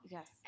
Yes